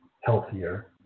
healthier